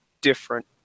different